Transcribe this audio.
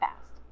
fast